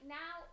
now